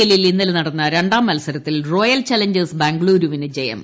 L ൽ ഇന്നലെ നടന്ന രണ്ടാം മത്സരത്തിൽ റോയൽ ചലഞ്ചേഴ്സ് ബാംഗ്ലൂരിന് ജയം